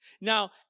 Now